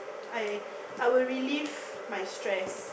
I I would relieve my stress